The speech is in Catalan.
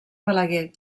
balaguer